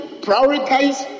prioritize